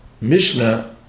Mishnah